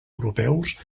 europeus